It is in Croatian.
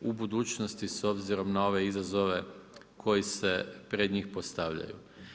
u budućnosti s obzirom na ove izazove koji se pred njih postavljaju.